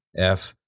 f.